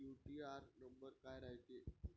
UTR number काय रायते?